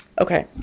okay